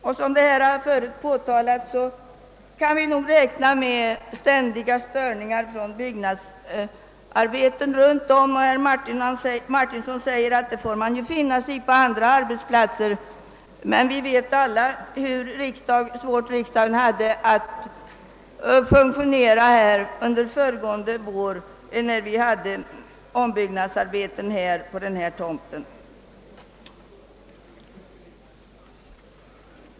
Såsom också tidigare har påpekats kan vi räkna med ständiga störningar från byggnadsarbeten runt om de provisoriska riksdagslokalerna. Herr Martinsson menar att detta är något som man får finna sig i även på andra arbetsplatser, men vi vet alla vilka svårigheter riksdagen hade att arbeta under vårsessionen föregående år när det pågick ombyggnadsarbeten på det nuvarande riksdagshusets tomt.